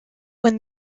when